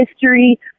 history